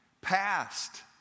Past